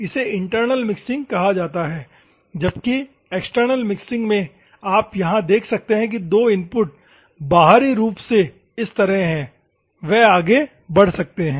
इसे internal mixing कहा जाता है जबकि एक्सटर्नल मिक्सिंग में आप यहां देख सकते हैं कि दो इनपुट बाहरी रूप से इस तरह हैं वे आगे बढ़ सकते हैं